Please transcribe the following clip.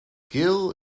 gill